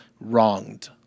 wronged